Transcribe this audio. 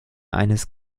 eines